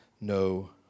no